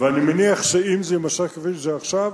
אני מניח שאם זה יימשך כפי שזה עכשיו,